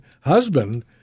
husband